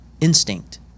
instinct